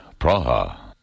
Praha